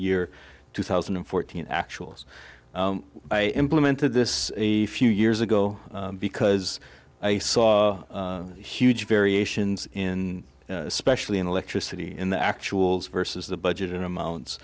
year two thousand and fourteen actually i implemented this a few years ago because i saw huge variations in especially in electricity in the actuals versus the budget in amounts